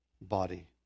body